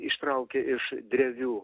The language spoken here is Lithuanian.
ištraukia iš drevių